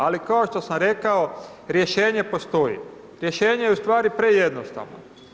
Ali, kao što sam rekao, rješenje postoji, rješenje je ustvari prejednostavno.